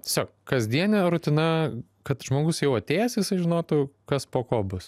tiesiog kasdienė rutina kad žmogus jau atėjęs jisai žinotų kas po ko bus